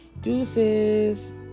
Deuces